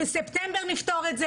בספטמבר נפתור את זה,